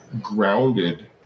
grounded